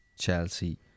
Chelsea